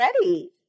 ready